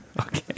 okay